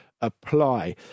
apply